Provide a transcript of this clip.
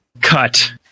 cut